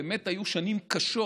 באמת היו שנים קשות,